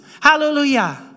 Hallelujah